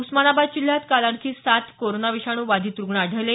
उस्मानाबाद जिल्ह्यात काल आणखी सात कोरोना विषाणू बाधित रुग्ण आढळले